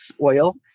Oil